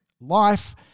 life